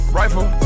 rifle